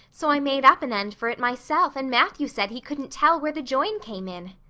so i made up an end for it myself and matthew said he couldn't tell where the join came in.